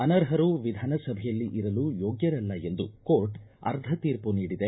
ಅನರ್ಹರು ವಿಧಾನಸಭೆಯಲ್ಲಿ ಇರಲು ಯೋಗ್ಯರಲ್ಲ ಎಂದು ಕೋರ್ಟ್ ಅರ್ಧ ತೀರ್ಪು ನೀಡಿದೆ